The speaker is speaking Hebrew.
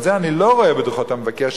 ואת זה אני לא רואה בדוחות המבקר,